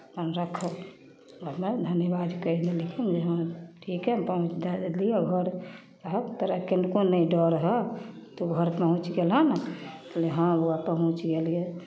हमरा हम धन्यवाद कऽ देली जे हँ ठीके पहुँचा देलियौ घर आब तोरा किनको नहि डर हऽ तोँ घर पहुँच गेलह ने तऽ कहलियै हँ बौआ पहुँच गेलियै